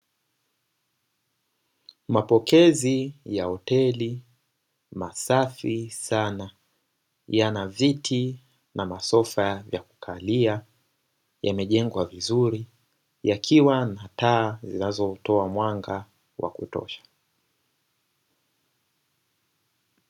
Mapokezi ya hoteli masafi sana, yana viti na masofa ya kukalia yamejengwa vizuri yakiwa na taa zinazotoa mwanga wa kutosha.